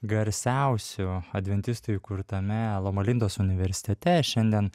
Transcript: garsiausių adventistų įkurtame loma lindos universitete šiandien